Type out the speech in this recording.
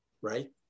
Right